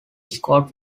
scott